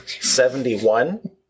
seventy-one